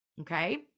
Okay